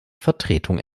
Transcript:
vertretung